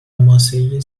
ماسهای